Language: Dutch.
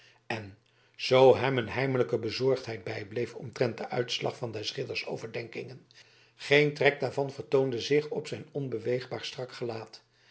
en zoo hem een heimelijke bezorgdheid bijbleef omtrent den uitslag van des ridders overdenkingen geen trek daarvan vertoonde zich op zijn onbeweegbaar en strak gelaat